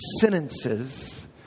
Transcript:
sentences